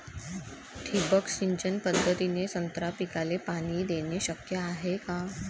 ठिबक सिंचन पद्धतीने संत्रा पिकाले पाणी देणे शक्य हाये का?